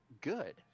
good